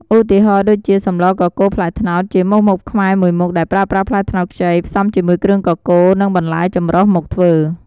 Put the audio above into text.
ឧទាហរណ៍ដូចជា សម្លរកកូរផ្លែត្នោត ជាមុខម្ហូបខ្មែរមួយមុខដែលប្រើប្រាស់ផ្លែត្នោតខ្ចី ផ្សំជាមួយគ្រឿងកកូរ និងបន្លែចម្រុះមកធ្វើ។